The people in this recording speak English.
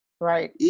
right